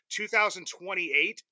2028